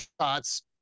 shots